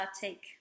take